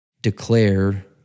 declare